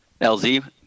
LZ